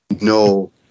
no